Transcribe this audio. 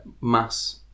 mass